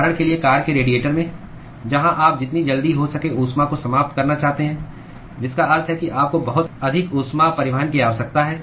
उदाहरण के लिए कार के रेडिएटर में जहां आप जितनी जल्दी हो सके ऊष्मा को समाप्त करना चाहते हैं जिसका अर्थ है कि आपको बहुत अधिक ऊष्मा परिवहन की आवश्यकता है